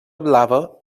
blava